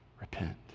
Repent